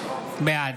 בעד